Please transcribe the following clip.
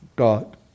god